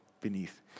beneath